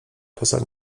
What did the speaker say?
poza